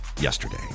yesterday